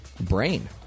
brain